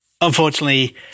unfortunately